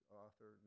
author